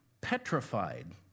petrified